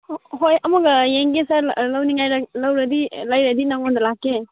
ꯍꯣꯏ ꯑꯃꯨꯛꯀ ꯌꯦꯡꯒꯦ ꯁꯔ ꯂꯧꯅꯤꯡꯉꯥꯏꯗ ꯂꯧꯔꯗꯤ ꯂꯩꯔꯗꯤ ꯅꯪꯉꯣꯟꯗ ꯂꯥꯛꯀꯦ